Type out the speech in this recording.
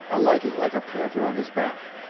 alighting like a panther on his back.